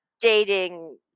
dating